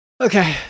okay